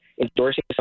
endorsing